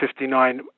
59